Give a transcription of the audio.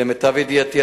למיטב ידיעתי,